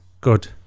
Good